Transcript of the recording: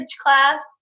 class